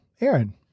Aaron